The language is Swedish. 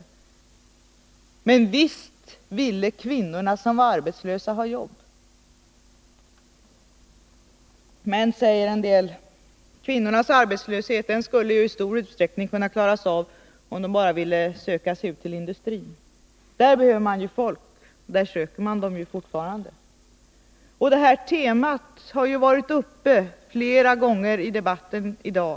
Men 141 visst ville kvinnorna som var arbetslösa ha jobb. Men, säger en del, kvinnornas arbetslöshet skulle i stor utsträckning kunna klaras av om de bara ville söka sig till industrin, för där behöver man folk och där söker man fortfarande folk. Det här temat har varit uppe flera gånger i debatten i dag.